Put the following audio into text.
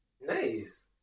Nice